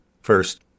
First